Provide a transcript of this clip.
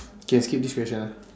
K I skip this question ah